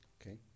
Okay